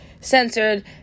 censored